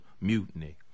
Mutiny